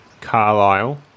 Carlisle